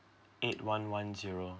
eight one one zero